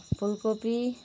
फुलकोपी